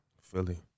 Philly